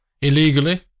Illegally